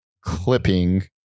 clipping